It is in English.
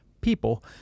people